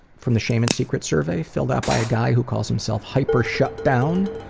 from the shame and secrets survey, filled out by a guy who calls himself hyper shut down.